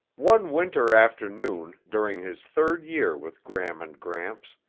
one winter afternoon during his third year with gram and gramps,